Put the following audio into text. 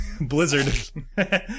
Blizzard